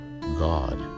God